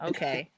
Okay